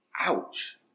Ouch